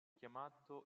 chiamato